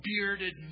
bearded